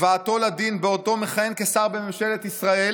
הבאתו לדין, בעודו מכהן כשר בממשלת ישראל